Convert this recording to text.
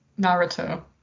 Naruto